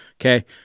Okay